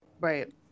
Right